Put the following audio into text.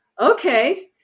Okay